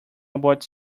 about